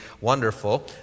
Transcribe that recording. wonderful